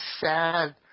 sad